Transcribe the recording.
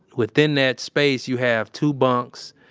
within that space, you have two bunks.